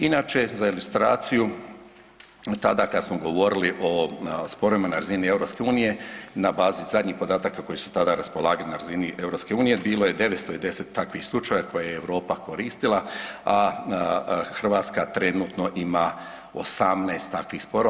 Inače, za ilustraciju tada kad smo govorili o sporovima na razini EU na bazi zadnjih podataka koji su tada raspolagali na razini EU bilo je 910 takvih slučajeva koje je Europa koristila, a Hrvatska trenutno ima 18 takvih sporova.